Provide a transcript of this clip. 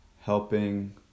helping